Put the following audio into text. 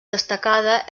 destacada